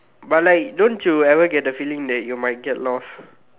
but like don't you ever get the feeling that you might get lost